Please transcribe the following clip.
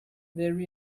there